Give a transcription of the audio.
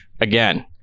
again